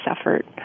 effort